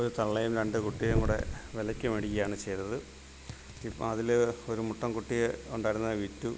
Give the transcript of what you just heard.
ഒരു തള്ളയും രണ്ട് കുട്ടിയേയും കൂടെ വിലയ്ക്ക് മേടിക്കുകയാണ് ചെയ്തത് ഇപ്പോൾ അതിൽ ഒരു മുട്ടൻ കുട്ടിയെ ഉണ്ടായിരുന്നത് വിറ്റു